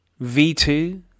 V2